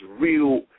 real